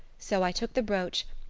so i took the brooch.